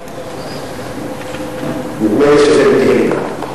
נדמה לי שזה מתהילים.